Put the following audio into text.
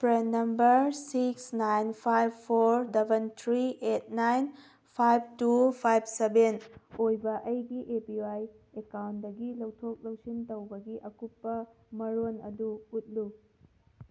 ꯄ꯭ꯔ number six nine five four ꯗꯕꯟ three eight nine five two five seven ꯑꯣꯏꯕ ꯑꯩꯒꯤ A P Y ꯑꯦꯀꯥꯎꯟꯗꯒꯤ ꯂꯧꯊꯣꯛ ꯂꯧꯁꯤꯟ ꯇꯧꯕꯒꯤ ꯑꯀꯨꯞꯄ ꯃꯔꯣꯜ ꯑꯗꯨ ꯎꯠꯂꯨ